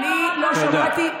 אני לא שמעתי,